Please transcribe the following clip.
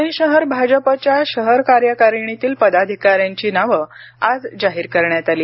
पुणे भाजपच्या शहर कार्यकारणीतील पदाधिकाऱ्यांची नावं आज जाहीर करण्यात आली